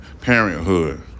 Parenthood